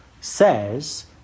says